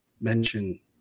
mention